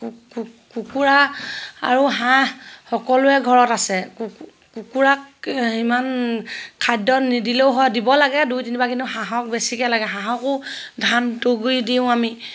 কুকুৰা আৰু হাঁহ সকলোৰে ঘৰত আছে কুকুৰাক ইমান খাদ্য নিদিলেও হয় দিব লাগে দুই তিনিবাৰ কিন্তু হাঁহক বেছিকৈ লাগে হাঁহকো ধান তুঁহ গুৰি দিওঁ আমি